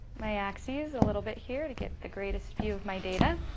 my axes a little bit here to get the greatest view of my data.